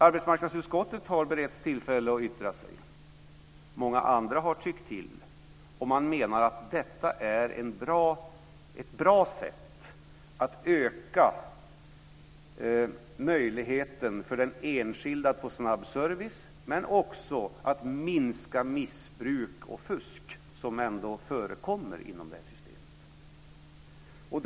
Arbetsmarknadsutskottet har beretts tillfälle att yttra sig. Många andra har också tyckt till. Man menar att detta är ett bra sätt att öka möjligheten för den enskilde att få snabb service, men också att minska missbruk och fusk, vilket ju ändå förekommer inom det här systemet.